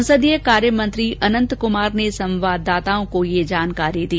संसदीय कार्य मंत्री अनंत कुमार ने संवाददाताओं को ये जानकारी दी